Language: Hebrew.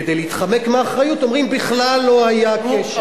כדי להתחמק מאחריות, אומרים: בכלל לא היה קשר.